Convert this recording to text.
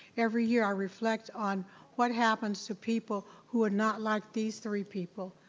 every year i reflect on what happens to people who are not like these three people,